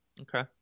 Okay